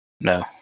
No